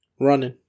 running